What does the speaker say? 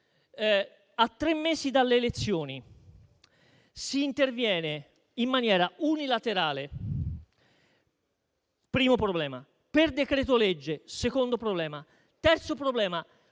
a tre mesi dalle elezioni si interviene in maniera unilaterale - primo problema - per decreto-legge, secondo problema. Il terzo problema: